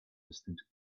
distant